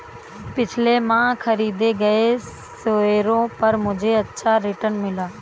पिछले माह खरीदे गए शेयरों पर मुझे अच्छा रिटर्न मिला